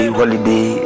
holiday